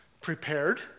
prepared